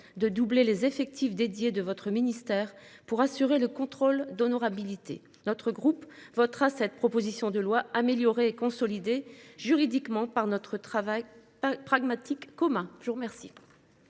de doubler les effectifs dédiés de votre ministère pour assurer le contrôle d'honorabilité. Notre groupe votera cette proposition de loi améliorer, consolider juridiquement par notre travail. Pragmatique commun.